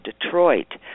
Detroit